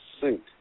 suit